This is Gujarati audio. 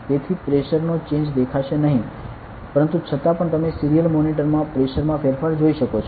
તેથી પ્રેશર નો ચેંજ દેખાશે નહીં પરંતુ છતા પણ તમે સિરીયલ મોનિટરમા પ્રેશર માં ફેરફાર જોઈ શકો છો